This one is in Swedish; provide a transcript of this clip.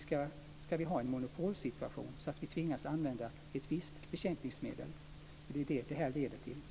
Skall vi ha en monopolsituation där vi tvingas använda ett visst bekämpningsmedel? Det är vad detta leder till.